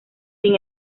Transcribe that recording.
sin